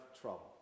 trouble